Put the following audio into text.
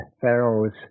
pharaoh's